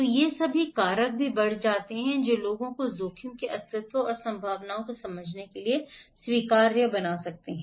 तो ये सभी कारक भी बढ़ जाते हैं जो लोगों को जोखिम के अस्तित्व और संभावनाओं को समझने के लिए स्वीकार्य बना सकते हैं